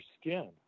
skin